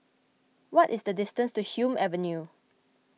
what is the distance to Hume Avenue